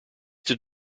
did